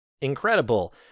Incredible